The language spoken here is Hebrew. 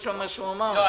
לא,